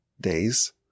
days